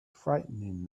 frightening